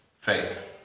faith